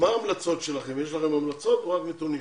יש לכם המלצות או רק נתונים?